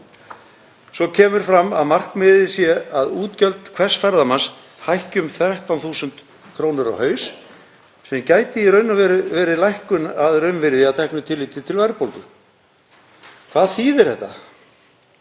Svo kemur fram að markmiðið sé að útgjöld hvers ferðamanns hækki um 13.000 kr. á haus sem gæti í raun og veru verið lækkun að raunvirði að teknu tilliti til verðbólgu. Hvað þýðir þetta?